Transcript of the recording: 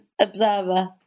observer